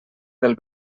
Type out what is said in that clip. del